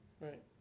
Right